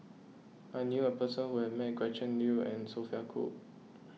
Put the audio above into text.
I knew a person who met Gretchen Liu and Sophia Cooke